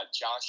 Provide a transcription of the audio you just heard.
Josh